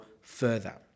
further